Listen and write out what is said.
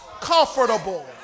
comfortable